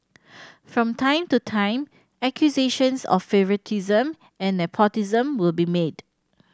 from time to time accusations of favouritism and nepotism will be made